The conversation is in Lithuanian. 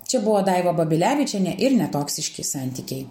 čia buvo daiva babilevičienė ir netoksiški santykiai